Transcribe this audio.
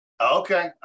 Okay